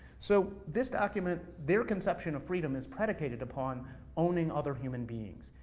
so this document, their conception of freedom is predicated upon owning other human beings.